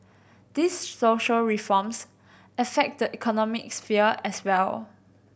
these social reforms affect the economic sphere as well